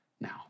now